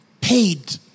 paid